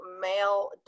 male